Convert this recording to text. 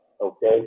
okay